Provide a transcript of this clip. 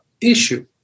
issue